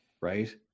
Right